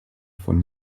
von